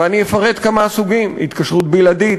ואני אפרט כמה סוגים: התקשרות בלעדית,